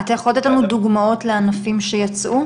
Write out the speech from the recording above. אתה יכול לתת לנו דוגמאות לענפים שיצאו?